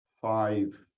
five